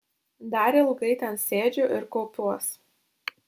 dar ilgai ten sėdžiu ir kaupiuos